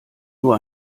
nur